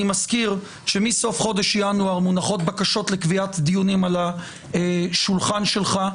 אני מזכיר שמסוף חודש ינואר מונחות בקשות לקביעת דיונים על השולחן שלך.